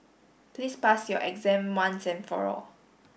please pass your exam once and for all